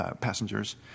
passengers